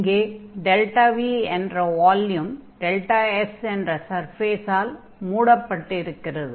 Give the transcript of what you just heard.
இங்கே δV என்ற volume δS என்ற சர்ஃபேஸால் மூடப்பட்டிருக்கிறது